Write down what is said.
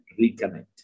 reconnect